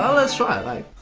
ah let's try! like